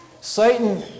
Satan